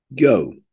go